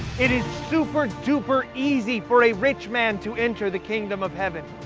it is super duper easy for a rich man to enter the kingdom of heaven.